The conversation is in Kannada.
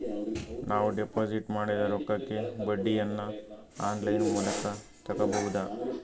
ನಾವು ಡಿಪಾಜಿಟ್ ಮಾಡಿದ ರೊಕ್ಕಕ್ಕೆ ಬಡ್ಡಿಯನ್ನ ಆನ್ ಲೈನ್ ಮೂಲಕ ತಗಬಹುದಾ?